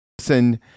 Listen